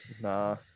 Nah